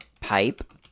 pipe